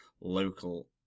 local